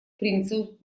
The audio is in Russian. принцу